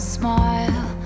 smile